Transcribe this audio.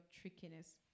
trickiness